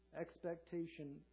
expectation